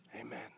Amen